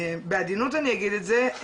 בעדינות אני אגיד את זה,